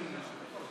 ועדת הכלכלה של הכנסת.